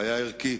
בעיה ערכית.